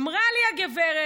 אמרה לי הגברת,